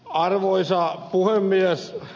arvoisa puhemies